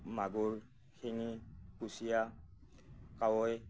মাগুৰ শিঙি কুচিয়া কাৱৈ